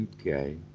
Okay